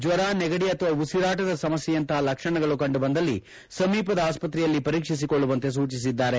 ಜ್ವರ ನೆಗಡಿ ಅಥವಾ ಉಸಿರಾಟದ ಸಮಸ್ಯೆಯಂತಹ ಲಕ್ಷಣಗಳು ಕಂಡು ಬಂದಲ್ಲಿ ಸಮೀಪದ ಆಸ್ಪತ್ರೆಯಲ್ಲಿ ಪರೀಕ್ಷಿಸಿಕೊಳ್ಳುವಂತೆ ಸೂಚಿಸಿದ್ದಾರೆ